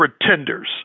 pretenders